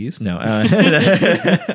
No